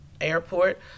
airport